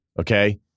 Okay